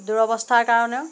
দুৰৱস্থাৰ কাৰণেও